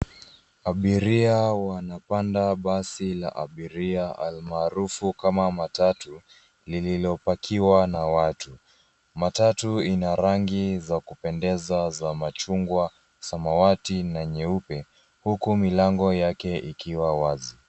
Abiria wanapanda basi la abiria almaarufu kama matatu, lililopakiwa na watu. Matatu ina rangi za kupendeza za machungwa , samawati na nyeupe, huku milango yake ikiwa wazi.